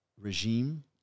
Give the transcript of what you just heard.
regime